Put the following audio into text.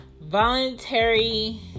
voluntary